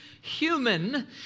human